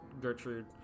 Gertrude